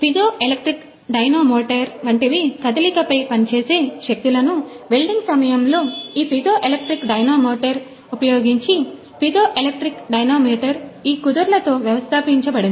piezoelectric dynamometer వంటివి కదలికపై పనిచేసే శక్తులను వెల్డింగ్ సమయంలో ఈ పిజోఎలెక్ట్రిక్ డైనమోమీటర్ ఉపయోగించి పిజోఎలెక్ట్రిక్ డైనమోమీటర్ ఈ కుదురులతో వ్యవస్థాపించబడింది